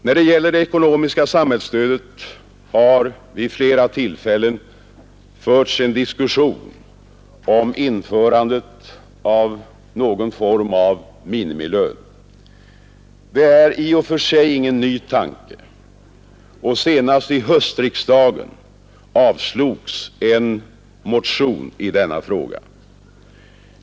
När det gäller det ekonomiska samhällsstödet har vid flera tillfällen förts en diskussion om införande av någon form av minimilön. Det är i och för sig ingen ny tanke, och senast vid höstriksdagen avslogs en motion i denna fråga.